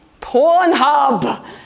Pornhub